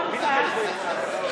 כץ,